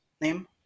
name